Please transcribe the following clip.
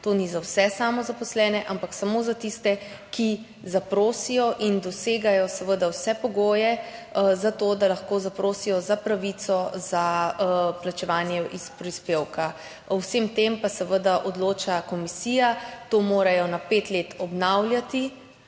To ni za vse samozaposlene, ampak samo za tiste, ki zaprosijo in seveda dosegajo vse pogoje za to, da lahko zaprosijo za pravico za plačevanje iz prispevka. O vsem tem pa seveda odloča komisija. To morajo na pet let obnavljati.